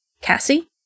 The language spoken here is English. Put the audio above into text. Cassie